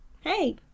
Hey